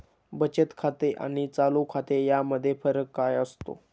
बचत खाते आणि चालू खाते यामध्ये फरक काय असतो?